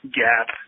gap